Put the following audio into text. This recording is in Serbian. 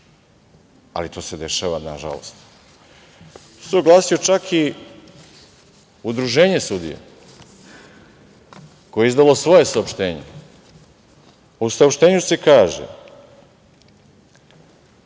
ali to se dešava, nažalost. Oglasilo se čak i Udruženje sudija koje je izdalo svoje saopštenje. U saopštenju se kaže: